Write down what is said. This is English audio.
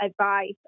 advice